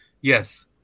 yes